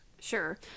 Sure